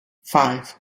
five